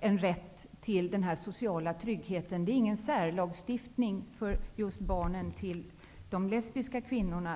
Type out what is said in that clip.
rätt till den sociala tryggheten. Det gäller inte en särlagstiftning för barn till lesbiska kvinnor.